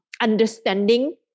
understanding